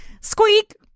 squeak